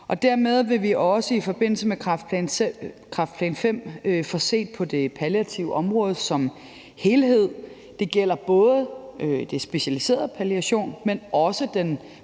Dermed vil vi også i forbindelse med kræftplan V få set på det palliative område som helhed. Det gælder både den specialiserede palliation, men også den